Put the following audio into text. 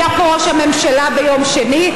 היה פה ראש הממשלה ביום שני,